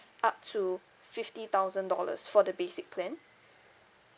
up to fifty thousand dollars for the basic plan